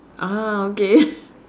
ah okay